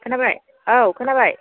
खोनाबाय औ खोनाबाय